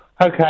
Okay